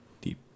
deep